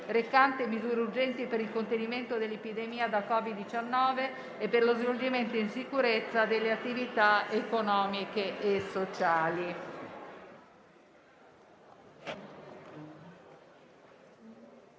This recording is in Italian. recante misure urgenti per il contenimento dell'epidemia da Covid-19 e per lo svolgimento in sicurezza delle attività economiche e sociali»